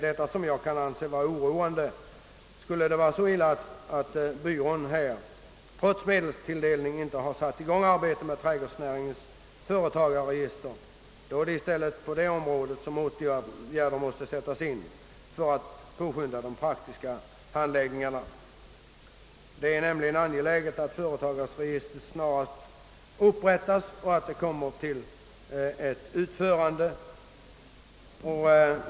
Detta anser jag vara oroande. Skulle det vara så illa att statistiska centralbyrån — trots medelstilldelning — inte satt i gång arbetet med trädgårdsnäringens företagsregister, är det i stället åtgärder för att påskynda den praktiska handläggningen som behöver sättas in. Det är nämligen angeläget att företagsregistret snabbt upprättas.